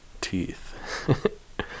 teeth